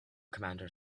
commander